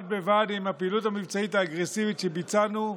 בד בבד עם הפעילות המבצעית האגרסיבית שביצענו,